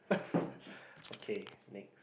okay next